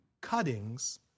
cuttings